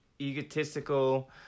egotistical